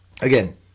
Again